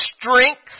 strength